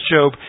Job